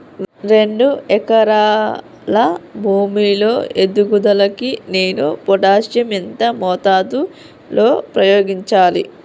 రెండు ఎకరాల భూమి లో ఎదుగుదలకి నేను పొటాషియం ఎంత మోతాదు లో ఉపయోగించాలి?